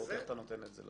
איך אתה נותן את זה?